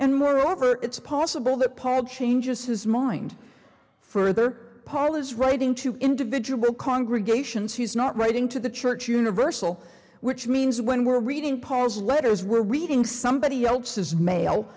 moreover it's possible that paul changes his mind further parlors writing to individual congregations he's not writing to the church universal which means when we're reading pas letters we're reading somebody else's ma